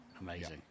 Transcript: Amazing